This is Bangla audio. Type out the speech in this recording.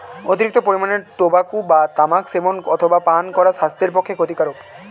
অতিরিক্ত পরিমাণে টোবাকো বা তামাক সেবন অথবা পান করা স্বাস্থ্যের পক্ষে ক্ষতিকারক